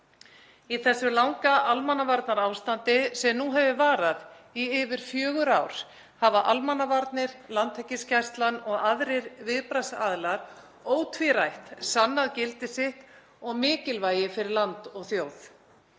Í þessu langa almannavarnaástandi sem nú hefur varað í yfir fjögur ár hafa almannavarnir, Landhelgisgæslan og aðrir viðbragðsaðilar ótvírætt sannað gildi sitt og mikilvægi fyrir land og þjóð.